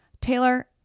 Taylor